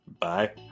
Bye